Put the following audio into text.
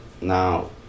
now